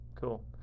cool